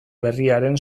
berriaren